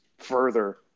Further